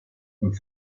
und